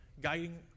guiding